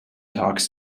talks